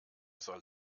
soll